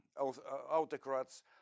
autocrats